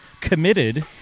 committed